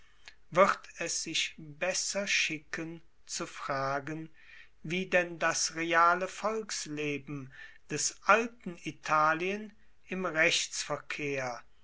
wird es sich besser schicken zu fragen wie denn das reale volksleben des alten italien im rechtsverkehr